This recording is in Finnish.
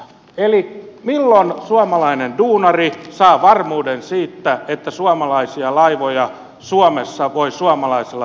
eli milloin suomalainen duunari saa varmuuden siitä että suomalaisia laivoja suomessa voi suomalaisella työllä tehdä